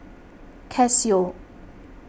Casio